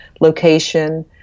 location